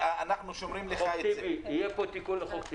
יהיה פה תיקון.